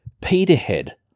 Peterhead